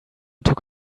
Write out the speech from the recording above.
took